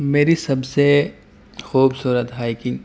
میری سب سے خوبصورت ہائیکنگ